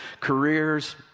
careers